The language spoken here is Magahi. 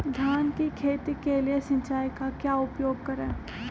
धान की खेती के लिए सिंचाई का क्या उपयोग करें?